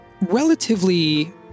relatively